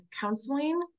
counseling